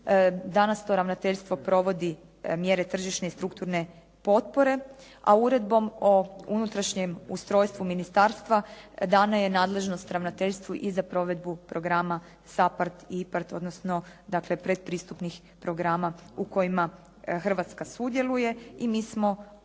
Danas to ravnateljstvo provodi mjere tržišne i strukturne potpore, a uredbom o unutrašnjem ustrojstvu ministarstva dano je nadležnost ravnateljstvu i za provedbu programa SAPARD, IPARD, odnosno predpristupnih programa u kojima Hrvatska sudjeluje. I mi smo akreditirani